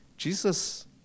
Jesus